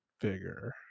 bigger